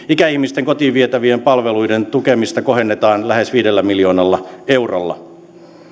ikäihmisten kotiin vietävien palveluiden tukemista kohennetaan lähes viidellä miljoonalla eurolla